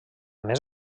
més